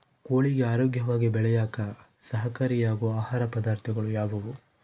ಕೋಳಿಗೆ ಆರೋಗ್ಯವಾಗಿ ಬೆಳೆಯಾಕ ಸಹಕಾರಿಯಾಗೋ ಆಹಾರ ಪದಾರ್ಥಗಳು ಯಾವುವು?